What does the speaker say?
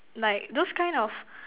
like those kind of